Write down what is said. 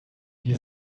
wir